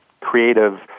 creative